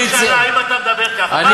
אם אתה מדבר ככה, באה הממשלה.